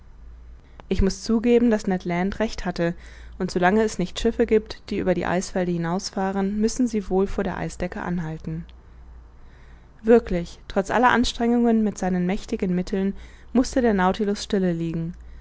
ich muß zugeben daß ned land recht hatte und so lange es nicht schiffe giebt die über die eisfelder hinaus fahren müssen sie wohl vor der eisdecke anhalten wirklich trotz aller anstrengungen mit seinen mächtigen mitteln mußte der nautilus stille liegen